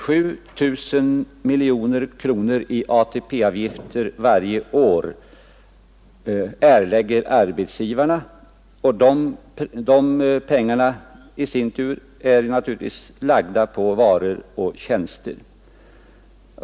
7 miljarder kronor i ATP-avgifter varje år erlägger arbetsgivarna, och de kostnaderna är naturligtvis i sin tur lagda på varor och tjänster.